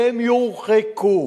הם יורחקו.